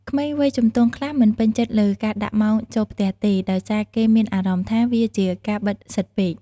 ក្មេងវ័យជំទង់ខ្លះមិនពេញចិត្តលើការដាក់ម៉ោងចូលផ្ទះទេ ដោយសារគេមានអារម្មណ៍ថាវាជាការបិទសិទ្ធពេក។